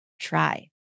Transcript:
try